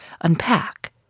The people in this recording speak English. unpack